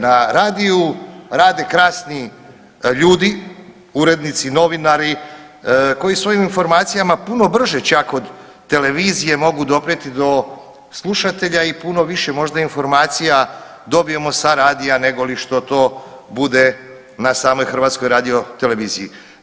Na radiju rade krasni ljudi, urednici, novinari koji svojim informacijama puno brže čak od televizije mogu doprijeti do slušatelja i puno više možda informacija dobijemo sa radija nego li što to bude na samoj HRT-u.